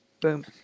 Boom